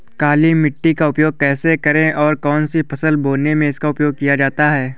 काली मिट्टी का उपयोग कैसे करें और कौन सी फसल बोने में इसका उपयोग किया जाता है?